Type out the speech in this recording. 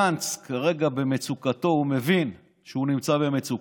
גנץ כרגע, במצוקתו, הוא מבין שהוא נמצא במצוקה,